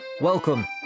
Welcome